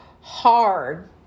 hard